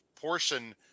portion